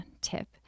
tip